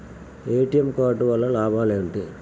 ATM card వల్ల లాభం ఏమిటి?